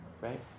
right